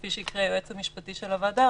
כפי שהקריא היועץ המשפטי של הוועדה,